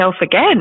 again